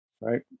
right